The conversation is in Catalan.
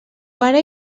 pare